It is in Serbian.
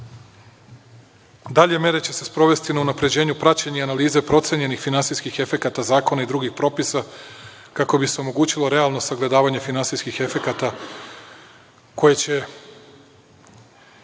mere će se sprovesti na unapređenju praćenja i analize procenjenih finansijskih efekata zakona i drugih propisa kako bi se omogućilo realno sagledavanje finansijskih efekata koji će